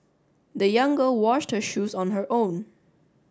the young girl washed her shoes on her own